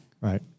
Right